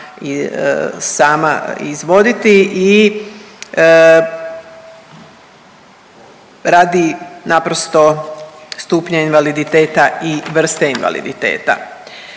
sama izvoditi i radi naprosto stupnja invaliditeta i vrste invaliditeta.